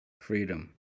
Freedom